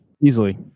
Easily